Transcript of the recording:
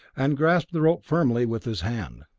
and grasped the rope firmly with his hand.